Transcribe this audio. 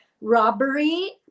robbery